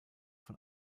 von